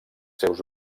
seus